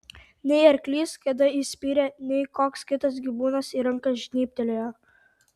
nei arklys kada įspyrė nei koks kitas gyvūnas į ranką žnybtelėjo